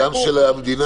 -- גם של המדינה,